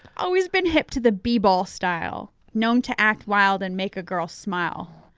always been hip to the b ball style, known to act wild and make a girl smile.